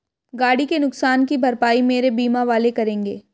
गाड़ी के नुकसान की भरपाई मेरे बीमा वाले करेंगे